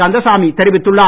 கந்தசாமி தெரிவித்துள்ளார்